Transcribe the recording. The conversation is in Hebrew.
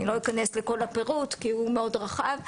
אני לא אכנס לכל הפירוט כי הוא מאוד רחב.